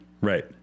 Right